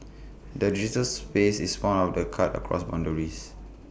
the digital space is one of the cuts across boundaries